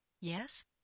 Yes